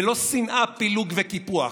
ולא שנאה פילוג וקיפוח.